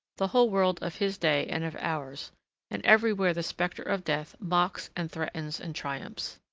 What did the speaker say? the whole world of his day and of ours and everywhere the spectre of death mocks and threatens and triumphs.